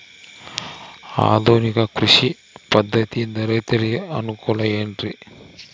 ಆಧುನಿಕ ಕೃಷಿ ಪದ್ಧತಿಯಿಂದ ರೈತರಿಗೆ ಅನುಕೂಲ ಏನ್ರಿ?